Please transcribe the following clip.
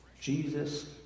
Jesus